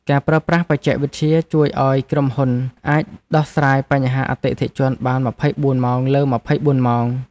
ការប្រើប្រាស់បច្ចេកវិទ្យាជួយឱ្យក្រុមហ៊ុនអាចដោះស្រាយបញ្ហាអតិថិជនបាន ២៤ ម៉ោងលើ ២៤ ម៉ោង។